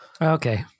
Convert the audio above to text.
Okay